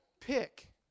pick